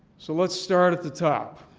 so let's start at the top.